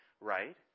right